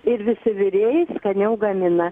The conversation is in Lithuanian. ir visi virėjai skaniau gamina